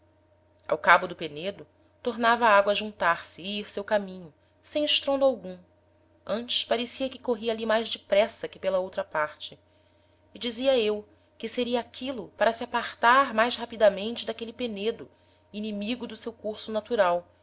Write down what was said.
ao cabo do penedo tornava a agoa a juntar-se e ir seu caminho sem estrondo algum antes parecia que corria ali mais depressa que pela outra parte e dizia eu que seria aquilo para se apartar mais rapidamente d'aquele penedo inimigo do seu curso natural